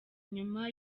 nyuma